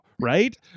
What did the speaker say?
right